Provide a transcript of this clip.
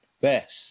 best